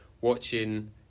watching